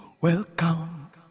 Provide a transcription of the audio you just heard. welcome